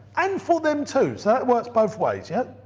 and for them too. so that works both ways yeah?